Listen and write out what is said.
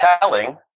telling